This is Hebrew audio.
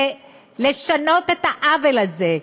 לשנות את העוול הזה,